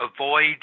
Avoid